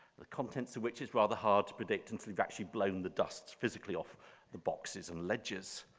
the contents of which is rather hard to predict since we've actually blown the dust physically off the boxes and ledgers.